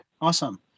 Awesome